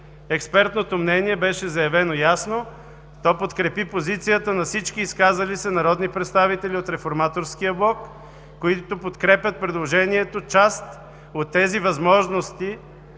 Експертното мнение беше заявено ясно. То подкрепи позицията на всички изказали се народни представители от Реформаторския блок, които подкрепят предложението, част от тези потенциални